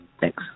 Thanks